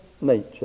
nature